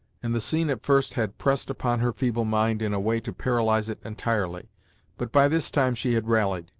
and the scene at first had pressed upon her feeble mind in a way to paralyze it entirely but, by this time she had rallied,